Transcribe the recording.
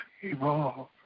evolve